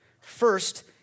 First